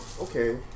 Okay